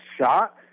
shot